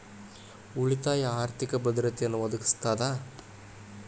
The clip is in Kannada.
ಉಳಿತಾಯ ಆರ್ಥಿಕ ಭದ್ರತೆಯನ್ನ ಒದಗಿಸ್ತದ